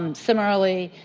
um similarly,